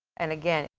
and again,